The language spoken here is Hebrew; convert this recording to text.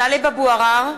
(קוראת בשמות חברי הכנסת) טלב אבו עראר,